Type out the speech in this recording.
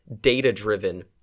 data-driven